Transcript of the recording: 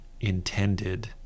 intended